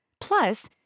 Plus